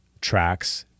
tracks